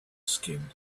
skin